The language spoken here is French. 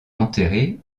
enterré